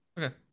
Okay